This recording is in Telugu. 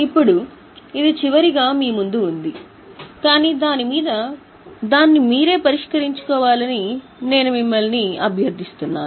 ఇప్పుడు ఇది చివరిగా మీ ముందు ఉంది కానీ దాన్ని మీరే పరిష్కరించుకోవాలని నేను మిమ్మల్ని అభ్యర్థిస్తున్నాను